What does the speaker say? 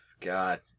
god